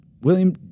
William